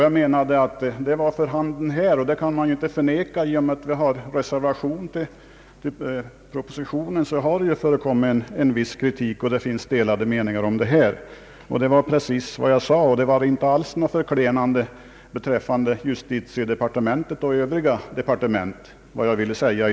Jag menade att detta var för handen här, och man kan inte förneka att i och med att det finns en reservation mot propositionen så har det förekommit en viss kritik och delade meningar. Vad jag sade var inte alls något förklenande om justitiedepartementet och övriga departement.